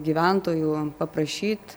gyventojų paprašyt